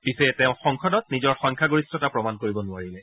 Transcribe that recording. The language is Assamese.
পিছে তেওঁ সংসদত নিজৰ সংখ্যাগৰিষ্ঠতা প্ৰমাণ কৰিব নোৱাৰিলে